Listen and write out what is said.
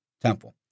Temple